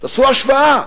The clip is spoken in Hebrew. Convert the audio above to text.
תעשו השוואה,